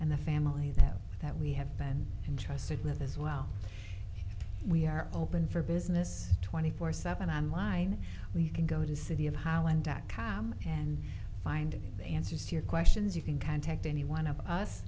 and the family that that we have been entrusted with as well we are open for business twenty four seven on line you can go to city of holland dot com and find the answers to your questions you can contact any one of us